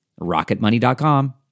rocketmoney.com